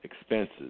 expenses